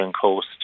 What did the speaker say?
coast